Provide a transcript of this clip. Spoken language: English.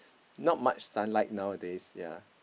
not much sunlight nowadays ya